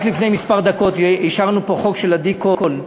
רק לפני כמה דקות אישרנו פה חוק של עדי קול,